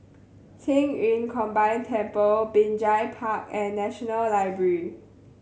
Qing Yun Combined Temple Binjai Park and National Library